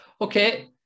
Okay